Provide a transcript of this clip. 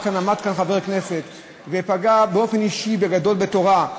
עמד כאן חבר כנסת ופגע כאן באופן אישי בגדול בתורה,